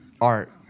Art